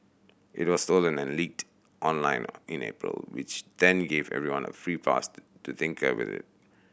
it was stolen and leaked online in April which then gave anyone a free passed to tinker with it